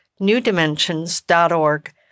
newdimensions.org